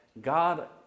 God